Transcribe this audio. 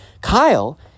Kyle